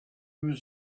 was